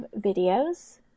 videos